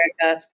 America